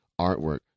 artwork